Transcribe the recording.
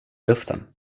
luften